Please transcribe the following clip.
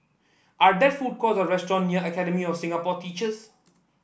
are there food courts or restaurant near Academy of Singapore Teachers